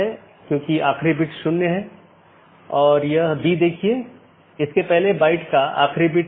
यह open update अधिसूचना और जीवित इत्यादि हैं